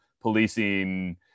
policing